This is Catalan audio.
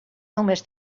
només